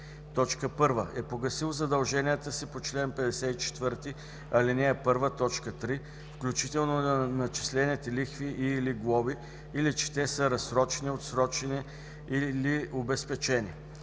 че: 1. е погасил задълженията си по чл. 54, ал. 1, т. 3, включително начислените лихви и/или глоби или че те са разсрочени, отсрочени или обезпечени;